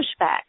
pushback